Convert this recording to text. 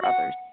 others